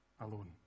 alone